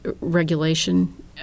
regulation